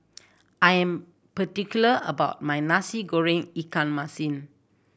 I am particular about my Nasi Goreng ikan masin